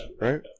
right